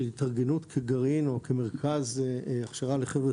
בשביל התארגנות כגרעין או כמרכז הכשרה לחבר'ה